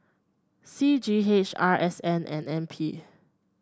C G H R S N and N P